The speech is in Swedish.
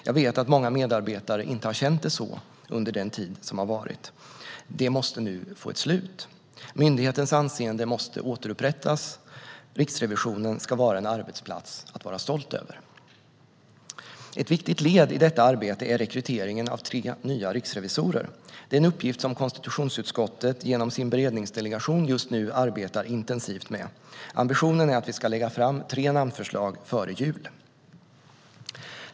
Jag vet att många medarbetare inte har känt det så under den tid som varit. Det måste nu få ett slut. Myndighetens anseende måste återupprättas. Riksrevisionen ska vara en arbetsplats att vara stolt över. Ett viktigt led i detta arbete är rekryteringen av tre nya riksrevisorer. Det är en uppgift som konstitutionsutskottet genom sin beredningsdelegation just nu arbetar intensivt med. Ambitionen är att vi ska lägga fram tre namnförslag före jul.